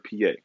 PA